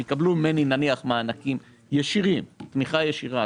הם יקבלו ממנו, נניח, מענקים ישירים ותמיכה ישירה.